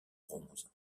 bronze